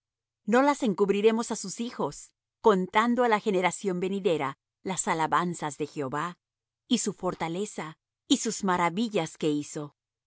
no las encubriremos á sus hijos contando á la generación venidera las alabanzas de jehová y su fortaleza y sus maravillas que hizo el